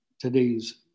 today's